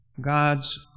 God's